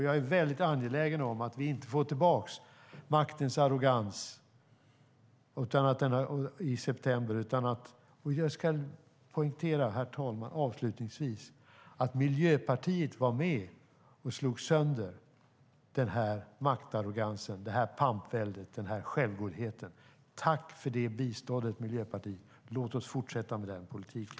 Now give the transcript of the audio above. Jag är väldigt angelägen om att vi inte får tillbaka maktens arrogans i september. Jag ska avslutningsvis poängtera, herr talman, att Miljöpartiet var med och slog sönder den här maktarrogansen, det här pampväldet, den här självgodheten. Tack för det biståndet, Miljöpartiet! Låt oss fortsätta med den politiken.